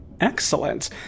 Excellent